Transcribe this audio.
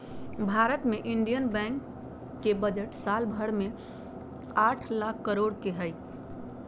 भारत मे इन्डियन बैंको के बजट साल भर मे आठ लाख करोड के हय